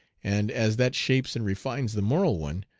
and as that shapes and refines the moral one,